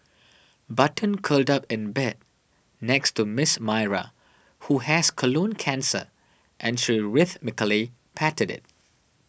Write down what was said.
button curled up in bed next to Miss Myra who has colon cancer and she rhythmically patted it